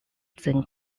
then